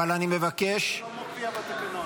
--- אבל אני מבקש --- זה לא מופיע בתקנון.